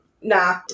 Nah